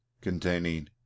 Containing